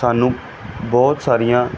ਸਾਨੂੰ ਬਹੁਤ ਸਾਰੀਆਂ